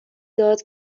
داد